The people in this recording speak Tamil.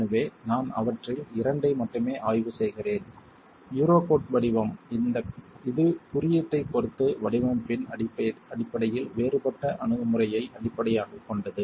எனவே நான் அவற்றில் இரண்டை மட்டுமே ஆய்வு செய்கிறேன் யூரோகோட் வடிவம் இது குறியீட்டைப் பொறுத்து வடிவமைப்பின் அடிப்படையில் வேறுபட்ட அணுகுமுறையை அடிப்படையாகக் கொண்டது